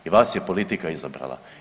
I vas je politika izabrala.